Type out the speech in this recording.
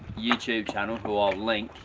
youtube channel who i'll link,